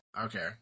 Okay